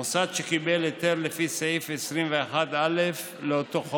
מוסד שקיבל היתר לפי סעיף 21א לאותו חוק,